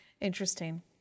Interesting